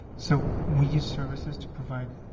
so, we use services to provide